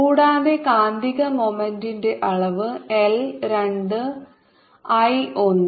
കൂടാതെ കാന്തിക മോമെന്റ്റ് ന്റെ അളവ് L രണ്ട് I ഒന്ന്